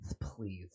please